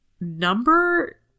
number